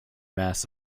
mass